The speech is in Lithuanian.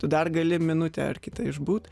tu dar gali minutę ar kitą išbūt